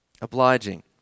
Obliging